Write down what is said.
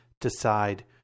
decide